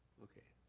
okay.